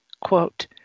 quote